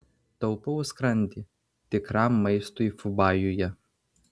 taupau skrandį tikram maistui fubajuje